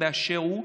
באשר הוא.